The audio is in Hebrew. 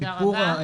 תודה רבה.